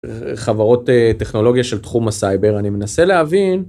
חברות טכנולוגיה של תחום הסייבר, אני מנסה להבין.